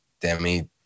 Demi